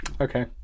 Okay